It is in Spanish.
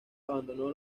abandonó